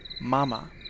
Mama